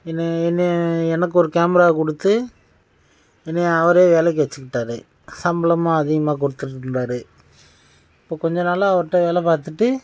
என்னை என்னைய எனக்கொரு கேமரா கொடுத்து என்னை அவரே வேலைக்கு வச்சுக்கிட்டாரு சம்பளமும் அதிகமாக கொடுத்துட்டு இருந்தார் கொஞ்சம் நாள் அவருகிட்ட வேலை பார்த்துட்டு